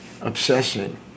obsessing